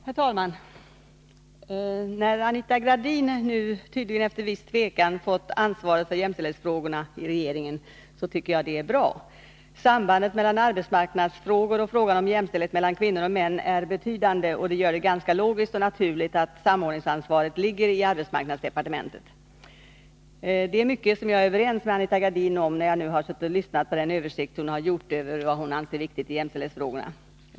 Herr talman! Att Anita Gradin nu — tydligen efter viss tvekan — fått ansvaret i regeringen för jämställdhetsfrågorna tycker jag är bra. Sambandet mellan arbetsmarknadsfrågor och frågan om jämställdhet mellan kvinnor och män är betydande, och det gör det ganska logiskt och naturligt att samordningsansvaret ligger i arbetsmarknadsdepartementet. Det är mycket som jag är överens med Anita Gradin om. Det kan jag konstatera efter att ha suttit och lyssnat på den översikt över vad hon anser vara viktigt i jämställdhetsarbetet som hon här lämnade.